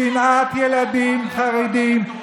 שנאת ילדים חרדים,